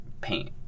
paint